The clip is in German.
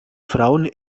frauen